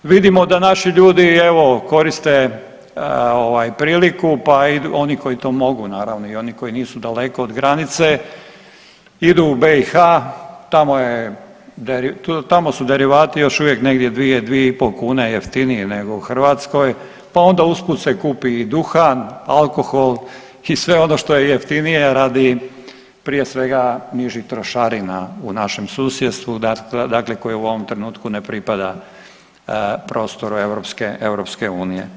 Vidimo da naši ljudi evo koriste ovaj priliku, oni koji to mogu naravno i oni koji nisu daleko od granice idu u BiH, tamo su derivati još uvijek negdje 2-2,5 kune jeftinije nego u Hrvatskoj, pa onda usput se kupi i duhan, alkohol i sve ono što je jeftinije radi prije svega nižih trošarina u našem susjedstvu, dakle koje u ovom trenutku ne pripada prostoru europske, EU.